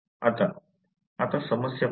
आता आता समस्या पाहू